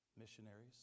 Missionaries